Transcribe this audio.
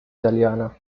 italiana